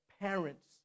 parents